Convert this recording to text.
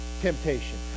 temptation